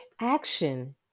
action